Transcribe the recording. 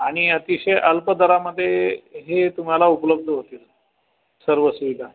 आणि अतिशय अल्प दरामध्ये हे तुम्हाला उपलब्ध होतील सर्व सुविधा